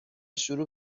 شروع